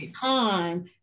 time